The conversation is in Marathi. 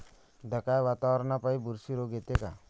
ढगाळ वातावरनापाई बुरशी रोग येते का?